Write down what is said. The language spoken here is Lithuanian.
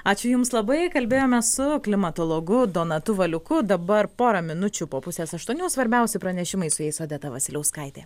ačiū jums labai kalbėjome su klimatologu donatu valiuku dabar pora minučių po pusės aštuonių svarbiausi pranešimai su jais odeta vasiliauskaitė